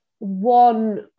one